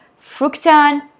fructan